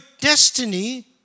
destiny